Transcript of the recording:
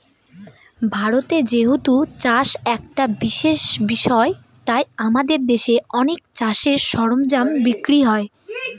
ভারতে যেহেতু চাষ একটা বিশেষ বিষয় তাই আমাদের দেশে অনেক চাষের সরঞ্জাম বিক্রি হয়